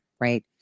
right